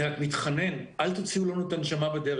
אני רק מתחנן, אל תוציאו לנו את הנשמה בדרך.